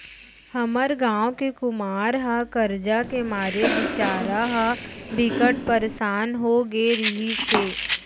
हमर गांव के कुमार ह करजा के मारे बिचारा ह बिकट परसान हो गे रिहिस हे